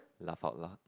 laugh out loud